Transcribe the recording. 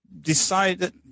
decided